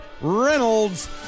Reynolds